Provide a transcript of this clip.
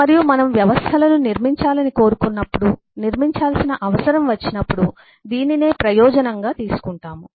మరియు మనం వ్యవస్థలను నిర్మించాలని కోరుకున్నప్పుడు నిర్మించాల్సిన అవసరం వచ్చినప్పుడు దీనినే ప్రయోజనంగా తీసుకుంటాము